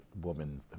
woman